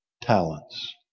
talents